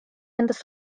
endast